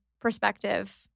perspective